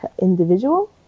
individual